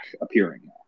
appearing